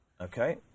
Okay